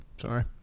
Sorry